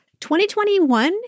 2021